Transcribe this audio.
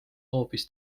hoopis